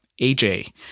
AJ